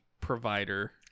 provider